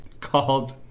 called